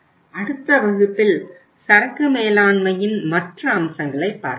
அடுத்த வகுப்பில் சரக்கு மேலாண்மையின் மற்ற அம்சங்களை பார்ப்போம்